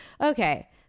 Okay